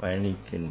பயணிக்கின்றன